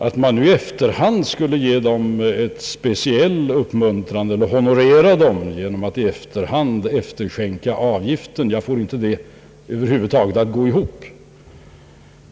Att man nu i efterhand skulle ge dem en speciell uppmuntran eller honorera dem genom att i efterhand efterskänka avgiften, det får jag över huvud taget inte att gå ihop.